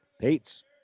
Pates